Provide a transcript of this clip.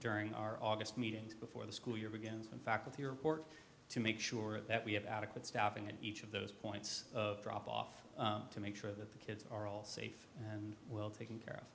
during our august meetings before the school year begins in fact with your work to make sure that we have adequate staffing at each of those points of drop off to make sure that the kids are all safe and well taken care